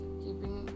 keeping